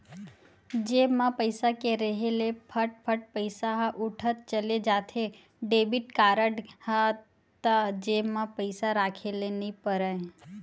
जेब म पइसा के रेहे ले फट फट पइसा ह उठत चले जाथे, डेबिट कारड हे त जेब म पइसा राखे ल नइ परय